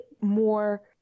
more